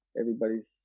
everybody's